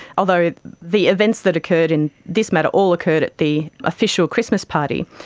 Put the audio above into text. although the events that occurred in this matter all occurred at the official christmas party.